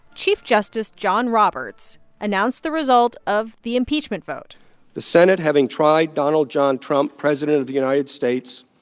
chief justice john roberts announced the result of the impeachment vote the senate having tried donald john trump, president of the united states,